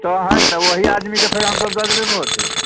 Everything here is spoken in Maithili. तहन तऽ ओहि आदमीके फेर हमसब दऽ देबै भोट